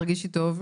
תרגישי טוב.